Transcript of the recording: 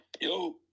Yo